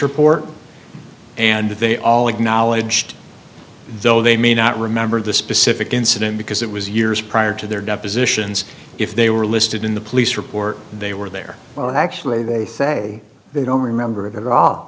report and they all acknowledged though they may not remember the specific incident because it was years prior to their depositions if they were listed in the police report they were there when actually they say they don't remember